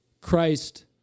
Christ